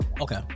Okay